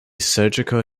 surgical